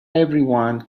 everyone